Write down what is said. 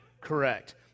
Correct